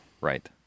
Right